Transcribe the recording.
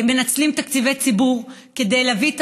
מנצלים תקציבי ציבור כדי להביא את